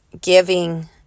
giving